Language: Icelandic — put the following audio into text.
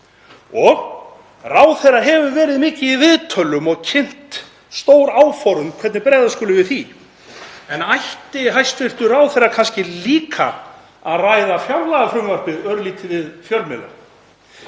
Ráðherra hefur verið mikið í viðtölum og kynnt stór áform um hvernig bregðast skuli við. En ætti hæstv. ráðherra kannski líka að ræða fjárlagafrumvarpið örlítið við fjölmiðla?